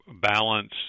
balance